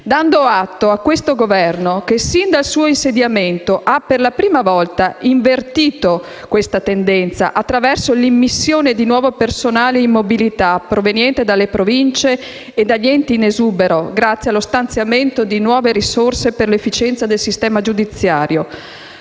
dando atto a questo Governo che, sin dal suo insediamento, ha per la prima volta invertito questa tendenza attraverso l'immissione di nuovo personale in mobilità, proveniente dalle Provincie e dagli enti in esubero, grazie allo stanziamento di nuove risorse per l'efficienza del sistema giudiziario;